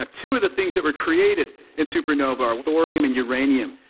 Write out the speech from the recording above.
ah two of the things that were created in supernova are thorium and uranium.